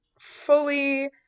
fully